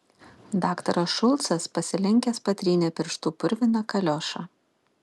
daktaras šulcas pasilenkęs patrynė pirštu purviną kaliošą